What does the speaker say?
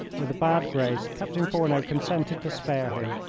with a bad grace captain fourneau consented to spare him,